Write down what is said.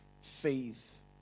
faith